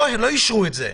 לא אישרו את זה.